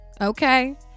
okay